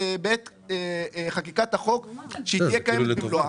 בעת חקיקת החוק שהיא תהיה קיימת במלואה.